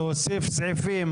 להוסיף סעיפים?